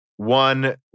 One